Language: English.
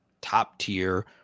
top-tier